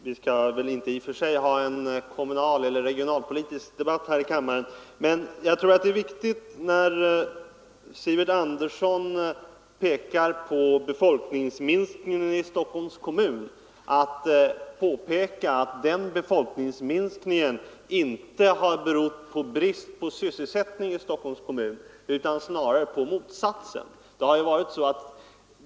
Vi skall väl inte i och för sig ha en kommunalpolitisk eller regionalpolitisk debatt här i kammaren, men jag tror det är viktigt, när Sivert Andersson pekar på befolkningsminskningen i Stockholms kommun, att framhålla att den befolkningsminskningen inte har berott på brist på sysselsättning i kommunen utan snarare på motsatsen.